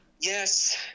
Yes